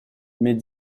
mais